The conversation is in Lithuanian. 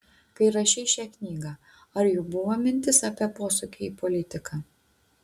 kai rašei šią knygą ar jau buvo mintis apie posūkį į politiką